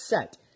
set